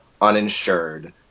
uninsured